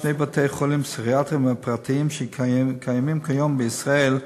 שני בתי-החולים הפסיכיאטריים הפרטיים שקיימים כיום בישראל,